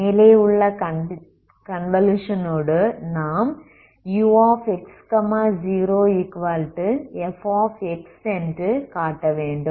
மேலே உள்ள கன்வலுஷனோடு நாம் ux0f என்று காட்ட வேண்டும்